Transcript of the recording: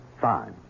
Fine